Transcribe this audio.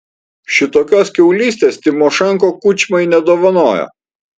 šitokios kiaulystės tymošenko kučmai nedovanojo